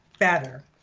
better